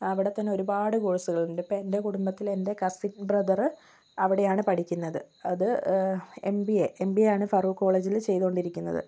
അവിടെത്തന്നെ ഒരുപാട് കോഴ്സുകളുണ്ട് ഇപ്പം എൻ്റെ കുടുംബത്തിൽ എൻ്റെ കസിൻ ബ്രദർ അവിടെയാണ് പഠിക്കുന്നത് അത് M B A M B A ആണ് ഫറൂഖ് കോളേജിൽ ചെയ്തുകൊണ്ടിരിക്കുന്നത്